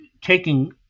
taking